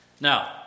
Now